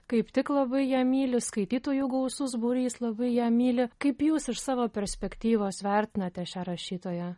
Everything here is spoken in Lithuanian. kaip tik labai ją myli skaitytojų gausus būrys labai ją myli kaip jūs iš savo perspektyvos vertinate šią rašytoją